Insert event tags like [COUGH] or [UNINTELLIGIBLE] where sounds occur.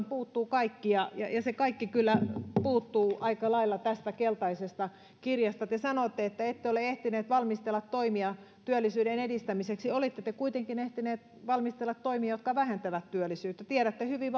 [UNINTELLIGIBLE] puuttuu kaikki ja se kaikki kyllä puuttuu aika lailla tästä keltaisesta kirjasta te sanotte että ette ole ehtineet valmistella toimia työllisyyden edistämiseksi olette te kuitenkin ehtineet valmistella toimia jotka vähentävät työllisyyttä tiedätte hyvin [UNINTELLIGIBLE]